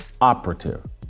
operative